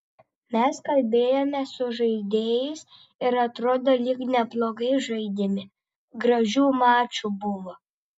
mes kalbėjomės su žaidėjais ir atrodo lyg neblogai žaidėme gražių mačų buvo